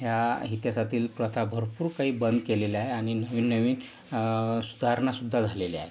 ह्या इतिहासातील प्रथा भरपूर काही बंद केलेल्या आहे आणि नवीन सुधारणासुद्धा झालेल्या आहेत